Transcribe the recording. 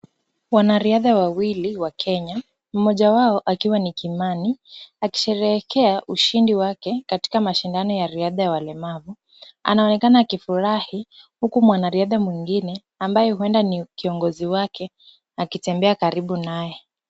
Wanariadha wawili wa Kenya mmoja wao akiwa ni Kimani akisherehekea ushindi wake katika mashindano ya riadha ya walemavu. Anaonekana akifurahi huku mwanariadha mwingine ambaye huenda ni kiongozi wake akitembea karibu naye.